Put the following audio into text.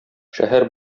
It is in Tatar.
шәһәр